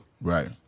Right